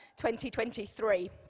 2023